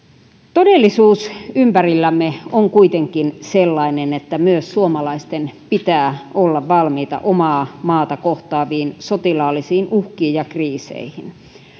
todellisuus ympärillämme on kuitenkin sellainen että myös suomalaisten pitää olla valmiita omaa maata kohtaaviin sotilaallisiin uhkiin ja kriiseihin